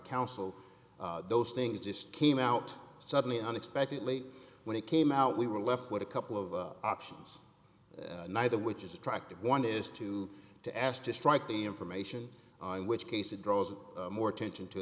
counsel those things just came out suddenly unexpectedly when it came out we were left with a couple of options neither which is attractive one is to to ask to strike the information on which case it draws more attention to